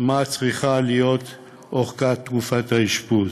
מה צריך להיות אורכה של תקופת האשפוז.